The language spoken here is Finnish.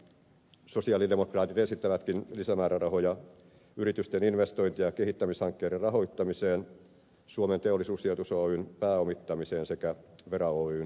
sosialidemokraatit esittävätkin lisämäärärahoja yritysten investointi ja kehittämishankkeiden rahoittamiseen suomen teollisuussijoitus oyn pääomittamiseen sekä vera oyn pääomittamiseen